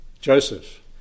Joseph